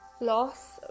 loss